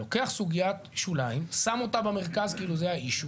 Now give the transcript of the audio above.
לוקח סוגית שוליים ושם אותה במרכז כאילו זה האישיו,